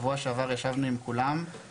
שבוע שעבר ישבנו עם כולם,